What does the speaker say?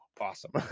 awesome